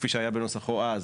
כפי שהיה בנוסחו אז,